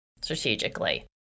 strategically